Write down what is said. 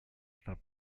штаб